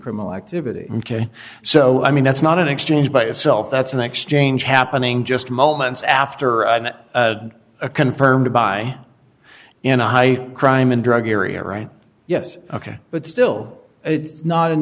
criminal activity ok so i mean that's not an exchange by itself that's an exchange happening just moments after an a confirmed by in a high crime and drug area right yes ok but still it's not an